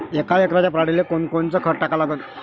यका एकराच्या पराटीले कोनकोनचं खत टाका लागन?